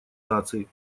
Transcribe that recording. наций